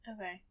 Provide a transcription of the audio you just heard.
Okay